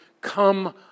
come